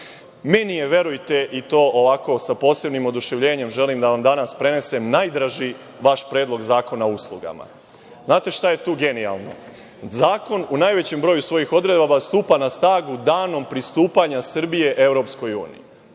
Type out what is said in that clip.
je verujte, i to sa posebnim oduševljenim želim da vam danas prenesem, najdraži vaš Predlog zakona o uslugama. Znate šta je tu genijalno, zakon u najvećem broju svojih odredbi stupa na snagu danom pristupanja Srbije EU.